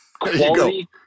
quality